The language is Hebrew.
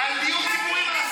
על דיור ציבורי מה עשית?